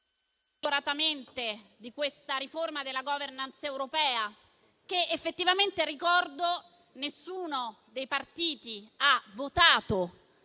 della riforma della *governance* europea che effettivamente - ricordo - nessuno dei partiti ha votato,